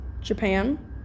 Japan